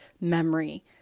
memory